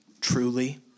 truly